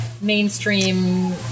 mainstream